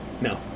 No